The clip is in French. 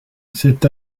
c’est